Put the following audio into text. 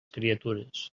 criatures